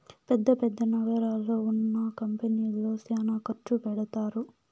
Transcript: పెద్ద పెద్ద నగరాల్లో ఉన్న కంపెనీల్లో శ్యానా ఖర్చు పెడతారు